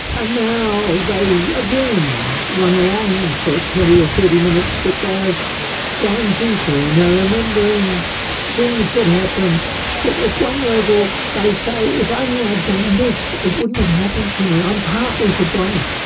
and now they, again, run along for twenty or thirty minutes but they are going deeper and they are remembering things that happened that at one level they say if only i'd done this it wouldn't have happened to me, i'm partly to blame.